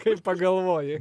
kai pagalvoji